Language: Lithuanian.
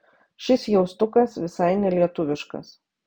šis jaustukas visai nelietuviškas